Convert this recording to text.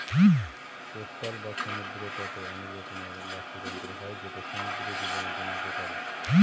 coastal বা সমুদ্র তটে অনেক রকমের বাস্তুতন্ত্র হয় যেটা সমুদ্র জীবদের জন্য উপকারী